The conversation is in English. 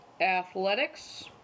athletics